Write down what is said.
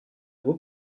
vos